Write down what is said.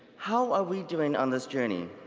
how are we doing on this journey?